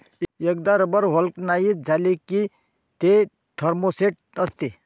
एकदा rubber vulcanise झाले की ते थर्मोसेट असते